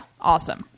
Awesome